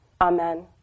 Amen